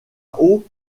haut